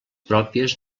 pròpies